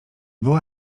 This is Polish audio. była